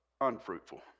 unfruitful